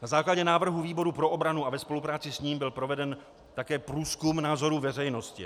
Na základě návrhu výboru pro obranu a ve spolupráci s ním byl proveden také průzkum názorů veřejnosti.